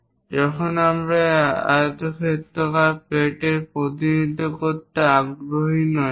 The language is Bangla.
সুতরাং যখন আমরা এই আয়তক্ষেত্রাকার প্লেটের প্রতিনিধিত্ব করতে আগ্রহী নই